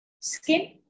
Skin